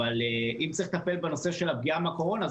אבל אם צריך לטפל בנושא של הפגיעה של הקורונה,